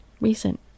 recent